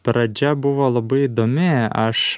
pradžia buvo labai įdomi aš